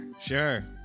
Sure